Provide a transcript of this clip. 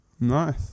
Nice